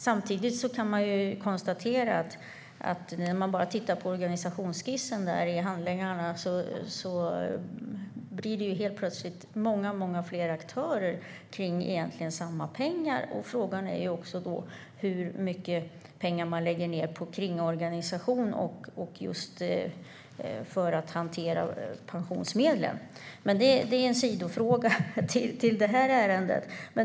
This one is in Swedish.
Samtidigt kan man konstatera att bara genom att se på organisationsskissen i handlingarna blir det helt plötsligt många fler aktörer för samma pengar. Frågan är hur mycket pengar man lägger ned på kringorganisation och för att hantera pensionsmedlen, men det är en sidofråga till den här interpellationen.